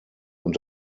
und